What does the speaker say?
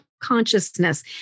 consciousness